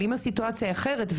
אם הסיטואציה היא אחרת,